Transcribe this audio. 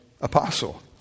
apostle